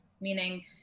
meaning